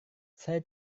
saya